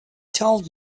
told